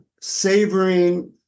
savoring